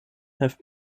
have